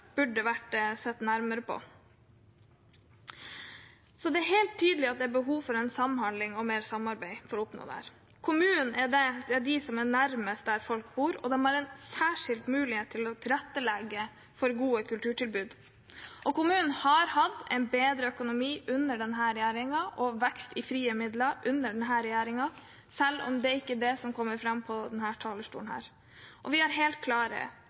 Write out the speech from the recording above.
burde vært sett nærmere på. Det er helt tydelig at det er behov for samhandling og mer samarbeid for å oppnå dette. Kommunene er de som er nærmest der folk bor, og de har en særskilt mulighet til å tilrettelegge for gode kulturtilbud. Kommunene har hatt en bedre økonomi og vekst i frie midler under denne regjeringen, selv om det ikke er det som kommer fram fra denne talerstolen, og vi har helt klare